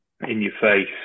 in-your-face